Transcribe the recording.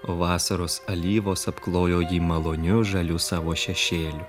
o vasaros alyvos apklojo jį maloniu žaliu savo šešėliu